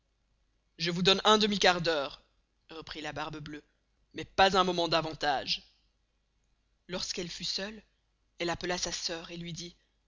je vous donne un demy quart d'heure reprit la barbe bleuë mais pas un moment davantage lorsqu'elle fut seule elle appella sa sœur et luy dit